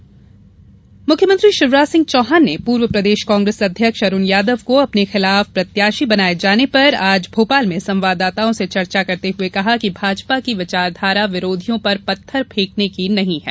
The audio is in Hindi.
सीएम बयान मुख्यमंत्री शिवराज सिंह चौहान ने पूर्व प्रदेश कांग्रेस अध्यक्ष अरुण यादव को अपने खिलाफ प्रत्याशी बनाये जाने पर आज भोपाल में संवाददाताओं से चर्चा करते हुए कहा कि भाजपा की विचारधारा विरोधियों पर पत्थर फेंकने की नहीं है